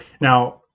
Now